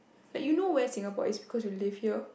like you know where Singapore is because you live here